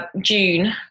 June